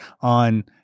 on